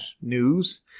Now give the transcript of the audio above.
news